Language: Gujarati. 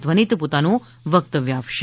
ધ્વનિત પોતાનું વક્તવ્ય આપશે